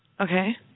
Okay